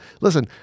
listen